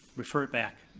referred back.